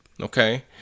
Okay